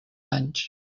anys